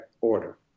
order